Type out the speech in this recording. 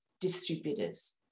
distributors